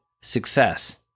success